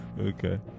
Okay